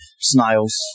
snails